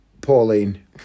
Pauline